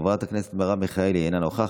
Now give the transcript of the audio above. חברת הכנסת אורית פרקש הכהן, אינה נוכחת,